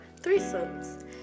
threesomes